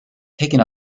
taken